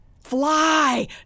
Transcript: Fly